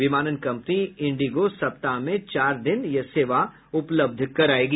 विमानन company IndiGo सप्ताह में चार दिन यह सेवा उपलब्ध कराई जायेगी